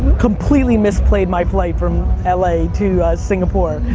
completely misplayed my flight from la to singapore,